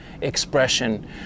expression